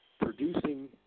producing